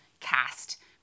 cast